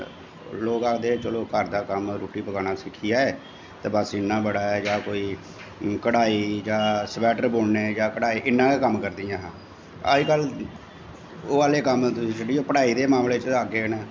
लोक आखदे चलो घर दा कम्म रुट्टी पकानां सिक्खी जाए ते बस इन्ना बड़ा ऐ जां कोई कड़ाई जां सवैट्टर बुनने कडाई इन्ना गै कम्म करदियां हां अज्जकल ओह् आह्ले कम्म छड्डियै पढ़ाई दे मामले च अग्गैं न